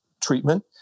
treatment